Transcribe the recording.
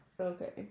okay